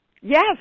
Yes